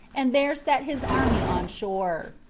and there set his army on shore.